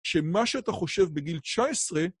שמה שאתה חושב בגיל 19...